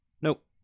Nope